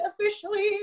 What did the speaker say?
officially